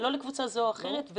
זה לא לקבוצה זו או אחרת.